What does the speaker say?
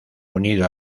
unido